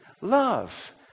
love